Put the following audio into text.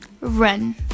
run